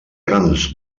grans